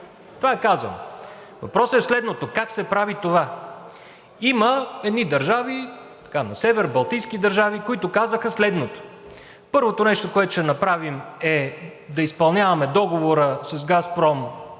това е казано. Въпросът е в следното – как се прави това? Има едни държави на север, балтийски държави, които казаха следното: първото нещо, което ще направим, е да изпълняваме договора с „Газпром“